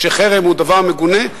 שחרם הוא דבר מגונה,